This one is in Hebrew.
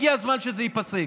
הגיע הזמן שזה ייפסק.